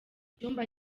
icyumba